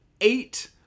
eight